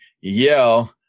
yell